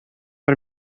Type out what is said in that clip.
бер